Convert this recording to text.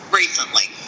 recently